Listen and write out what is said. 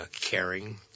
caring